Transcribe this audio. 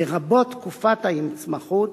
לרבות תקופת ההתמחות